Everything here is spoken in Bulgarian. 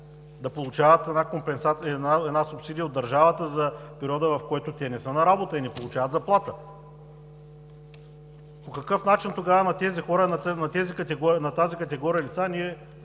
да получават една субсидия от държавата за периода, в който те не са на работа и не получават заплата. По какъв начин тогава на тези хора, на